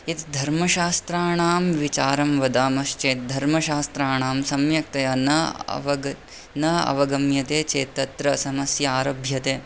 यत् धर्मशास्त्राणां विचारं वदामश्चेत् धर्मशास्त्राणां सम्यक्तया न अवगत् न अवगम्यते चेत् तत्र समस्या आरभ्यते